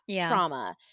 trauma